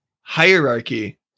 hierarchy